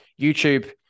YouTube